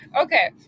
Okay